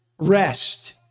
rest